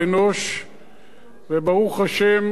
הדבר הזה נכון בעם ישראל אלפי שנים,